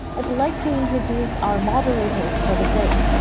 i'd like to introduce our moderators for the day,